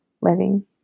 living